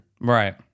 Right